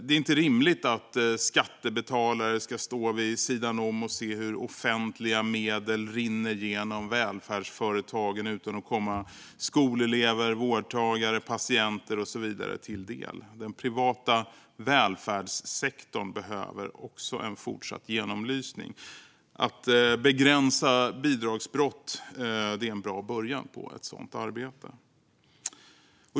Det är inte rimligt att skattebetalare ska stå vid sidan om och se hur offentliga medel rinner genom välfärdsföretagen utan att komma skolelever, vårdtagare, patienter och så vidare till del. Den privata välfärdssektorn behöver en fortsatt genomlysning. Att begränsa bidragsbrott är en bra början på ett sådant arbete.